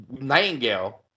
Nightingale